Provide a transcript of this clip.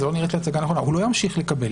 זו לא נראית לי הצגה נכונה הוא לא ימשיך לקבל,